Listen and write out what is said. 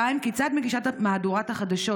2. כיצד מגישת מהדורת החדשות,